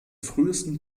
frühesten